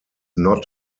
not